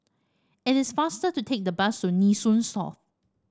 it is faster to take the bus to Nee Soon South